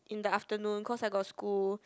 in the afternoon cause I got school